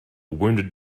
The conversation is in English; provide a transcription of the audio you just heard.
wounded